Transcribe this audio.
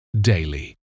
daily